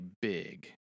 big